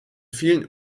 vielen